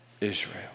Israel